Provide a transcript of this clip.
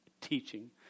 teaching